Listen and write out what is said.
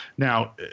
Now